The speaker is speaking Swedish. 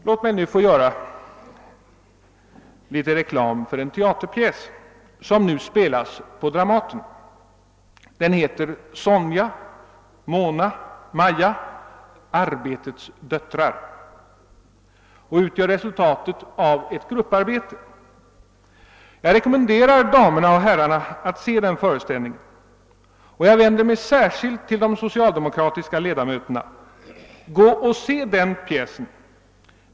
Låt mig härefter få göra litet reklam för en teaterpjäs, som nu spelas på Dramaten. Den heter »Sonja, Mona, Maja — arbetets döttrar» och utgör resultatet av ett grupparbete. Jag rekommenderar damerna och herrarna att se den föreställningen. Jag vänder mig särskilt till de socialdemokratiska 1ledamöterna. Gå och se den pjäsen!